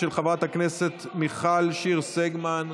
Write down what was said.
של חברת הכנסת מיכל שיר סגמן.